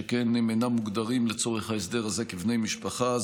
שכן הם אינם מוגדרים לצורך ההסדר הזה כבני משפחה.